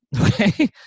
okay